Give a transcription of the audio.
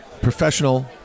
professional